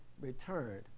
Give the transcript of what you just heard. returned